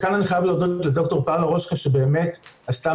כאן אני חייב להודות לד"ר פאולה רושקה שבאמת עשתה